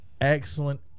Excellent